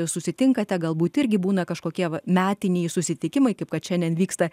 susitinkate galbūt irgi būna kažkokie metiniai susitikimai kaip kad šiandien vyksta